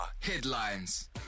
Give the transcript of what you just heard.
Headlines